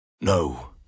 No